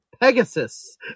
Pegasus